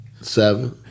Seven